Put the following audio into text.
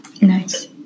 Nice